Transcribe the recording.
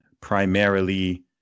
primarily